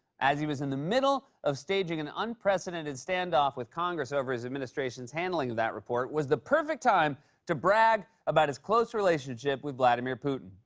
as he was in the middle of staging an unprecedented stand-off with congress over his administration's handling of that report, was the perfect time to brag about his close relationship with vladimir putin.